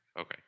Okay